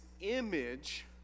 image